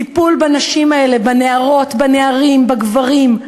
טיפול בנשים האלה, בנערות, בנערים, בגברים.